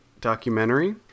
documentary